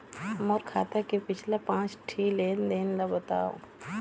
मोर खाता के पिछला पांच ठी लेन देन ला बताव?